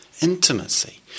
Intimacy